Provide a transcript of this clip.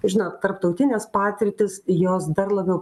žinot tarptautinės patirtys jos dar labiau